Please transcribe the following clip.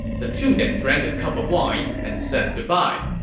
the two then drank a cup of wine and said goodbye.